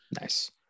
Nice